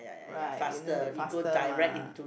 right you no need faster mah